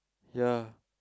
ya